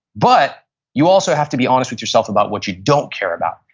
but you also have to be honest with yourself about what you don't care about.